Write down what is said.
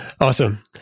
Awesome